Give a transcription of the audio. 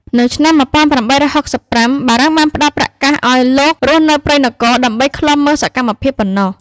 នៅឆ្នាំ ១៨៦៥ បារាំងបានផ្ដល់ប្រាក់កាសឱ្យលោករស់នៅព្រៃនគរដើម្បីឃ្លាំមើលសកម្មភាពប៉ុណ្ណោះ។